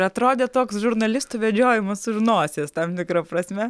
atrodė toks žurnalistų vedžiojimas už nosies tam tikra prasme